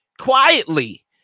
quietly